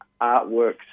artworks